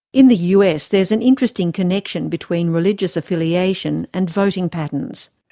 in the us there's an interesting connection between religious affiliation and voting patterns.